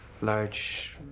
large